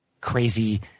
crazy